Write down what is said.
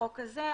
לחוק הזה.